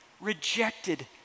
rejected